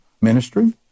ministry